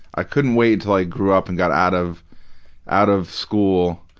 i couldn't wait until i grew up and got out of out of school.